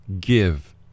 give